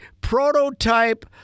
prototype